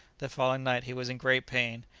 the following night he was in great pain,